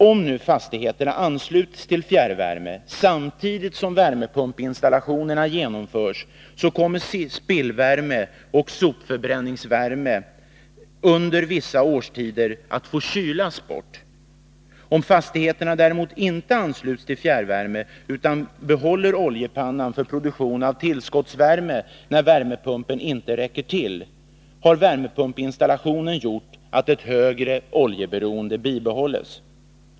Om nu fastigheterna ansluts till fjärrvärme samtidigt som värmepumpsinstallationen genomförs kommer spillvärme och sopförbränningsvärme under vissa årstider att få kylas bort. Om fastigheterna däremot inte ansluts till fjärrvärme utan behåller oljepannan för produktion av tillskottsvärme när värmepumpen inte räcker till har värmepumpsinstallationen gjort att ett högre oljeberoende bibehålls.